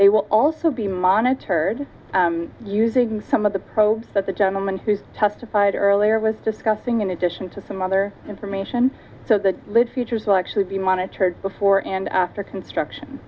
they will also be monitored using some of the probes that the gentleman who testified earlier was discussing in addition to some other information so the lead features will actually be monitored before and after construction